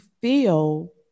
feel